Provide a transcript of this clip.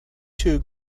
two